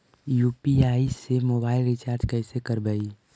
UPI से mobile recharge कैसे करबइ?